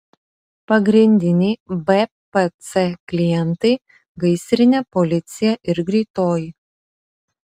pagrindiniai bpc klientai gaisrinė policija ir greitoji